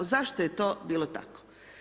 Zašto je to bilo tako?